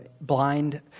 blind